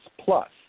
plus